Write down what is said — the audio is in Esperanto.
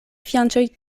fianĉoj